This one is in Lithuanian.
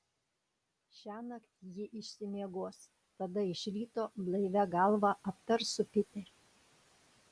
šiąnakt ji išsimiegos tada iš ryto blaivia galva aptars su piteriu